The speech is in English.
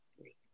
three